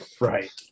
right